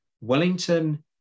wellington